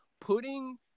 putting